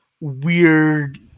Weird